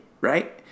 right